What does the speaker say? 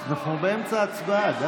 אנחנו באמצע ההצבעה.